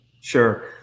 sure